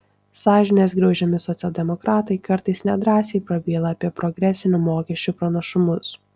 sąžinės griaužiami socialdemokratai kartais nedrąsiai prabyla apie progresinių mokesčių pranašumus